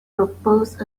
proposed